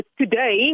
today